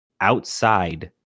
outside